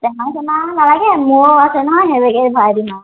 টেমা চেমা নালাগে মোৰ আছে নহয় সেইভাগে ভৰাই দিম আৰু